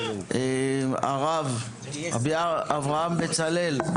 הרב אברהם בצלאל,